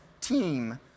team